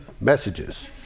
messages